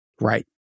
Right